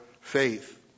faith